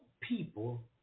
people